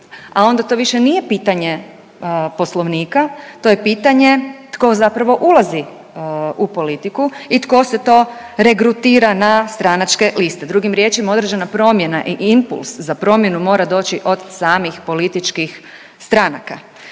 A onda to više nije pitanje poslovnika, to je pitanje tko zapravo ulazi u politiku i tko se to regrutira na stranačke liste. Drugim riječima određena promjena i impuls za promjenu mora doći od samih političkih stranaka